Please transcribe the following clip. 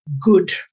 good